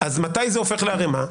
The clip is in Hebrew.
אז מתי זה הופך לערמה?